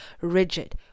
rigid